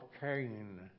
Cain